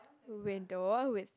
window with